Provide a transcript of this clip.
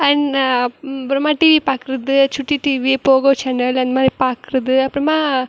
and அப்புறமா TV பார்க்குறது Chutti TV Pogo channel அந்த மாதிரி பார்க்குறது அப்புறமா